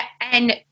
And-